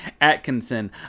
Atkinson